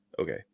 okay